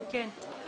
כן.